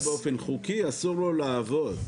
אם זה קורה באופן חוקי אסור לו לעבוד.